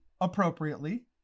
appropriately